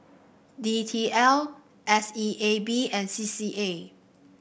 D T L S E A B and C C A